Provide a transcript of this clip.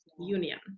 union